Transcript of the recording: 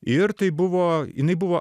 ir tai buvo jinai buvo